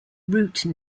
route